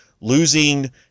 losing